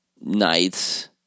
nights